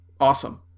awesome